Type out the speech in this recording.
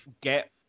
Get